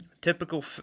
typical